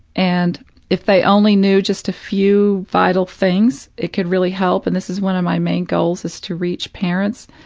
and if they only knew just a few vital things it could really help, and this is one of my main goals is to reach parents,